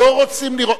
לא רוצים לראות,